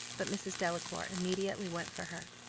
but mrs. delacour immediately went for her,